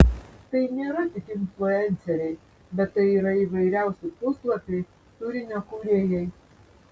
tai nėra tik influenceriai bet tai yra įvairiausi puslapiai turinio kūrėjai